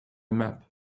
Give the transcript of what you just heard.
map